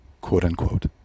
quote-unquote